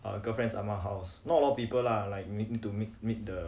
err girlfriends ah ma house not a lot of people lah like need to meet meet the